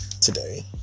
today